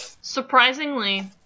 surprisingly